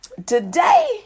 Today